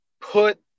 put